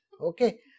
Okay